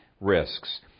risks